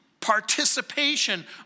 participation